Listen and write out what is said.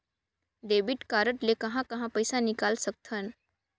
Debit card ले कहां कहां पइसा निकाल सकथन?